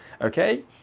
okay